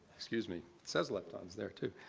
excuse me. it says leptons there, too,